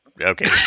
Okay